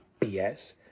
BS